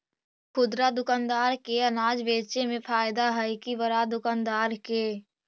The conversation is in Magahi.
खुदरा दुकानदार के अनाज बेचे में फायदा हैं कि बड़ा दुकानदार के?